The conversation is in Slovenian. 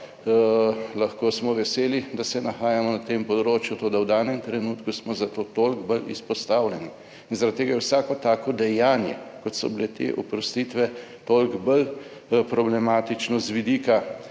Lahko smo veseli, da se nahajamo na tem področju, toda v danem trenutku smo za to toliko bolj izpostavljeni, in zaradi tega je vsako tako dejanje kot so bile te oprostitve, toliko bolj problematično z vidika